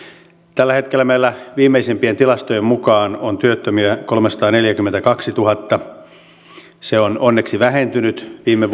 tällä hetkellä meillä viimeisimpien tilastojen mukaan on työttömiä kolmesataaneljäkymmentäkaksituhatta se on onneksi vähentynyt viime